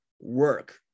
work